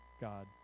God